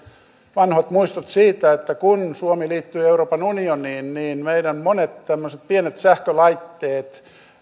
vanhat muistot siitä että kun suomi liittyi euroopan unioniin niin meidän monet tämmöiset pienet sähkölaitteemme